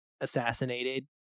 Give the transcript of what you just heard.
assassinated